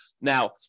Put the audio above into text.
Now